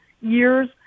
years